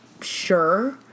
sure